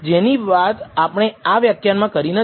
જેની વાત આપણે આ વ્યાખ્યાનમાં કરી નથી